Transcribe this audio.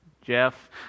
Jeff